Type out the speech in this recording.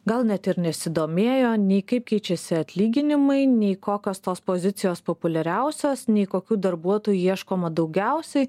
gal net ir nesidomėjo nei kaip keičiasi atlyginimai nei kokios tos pozicijos populiariausios nei kokių darbuotojų ieškoma daugiausiai